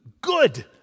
good